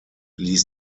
ließ